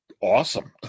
awesome